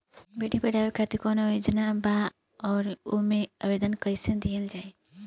बेटी के पढ़ावें खातिर कौन योजना बा और ओ मे आवेदन कैसे दिहल जायी?